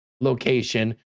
location